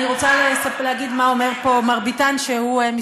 אני רוצה להגיד מה אומר פה מר ביטן שמסתובב,